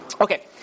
okay